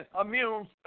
immune